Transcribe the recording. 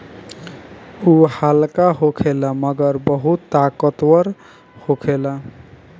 उ हल्का होखेला मगर बहुत ताकतवर होखेला